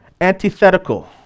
antithetical